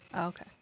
Okay